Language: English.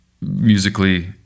musically